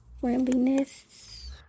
Friendliness